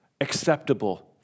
acceptable